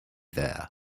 there